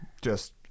Just-